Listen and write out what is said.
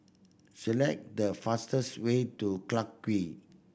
select the fastest way to Clarke Quay